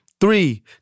Three